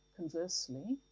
conversely,